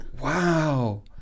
Wow